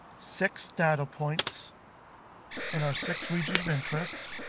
six data points and our six regions of interest.